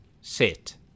Sit